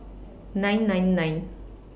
nine nine nine